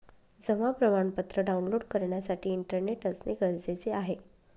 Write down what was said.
जमा प्रमाणपत्र डाऊनलोड करण्यासाठी इंटरनेट असणे गरजेचे आहे